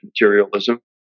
materialism